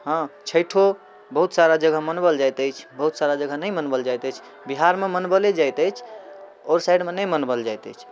हँ छैठो बहुत सारा जगह मनाओल जाइत अछि बहुत सारा जगह नहि मनाओल जाइत अछि बिहार मे मनाओले जाइत अछि आओर साइडमे नहि मनाओल जाइत अछि